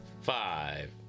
Five